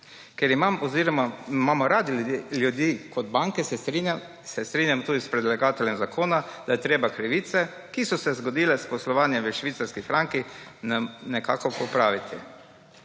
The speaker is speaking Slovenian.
imamo bolj radi ljudi kot banke se strinjam tudi s predlagateljem zakona, da je treba krivice, ki so se zgodile s poslovanjem v švicarskih frankih, nekako popraviti.